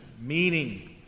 meaning